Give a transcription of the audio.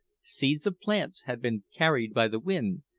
seeds of plants had been carried by the wind,